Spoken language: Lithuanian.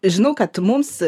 žinau kad mums